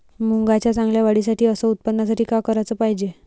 मुंगाच्या चांगल्या वाढीसाठी अस उत्पन्नासाठी का कराच पायजे?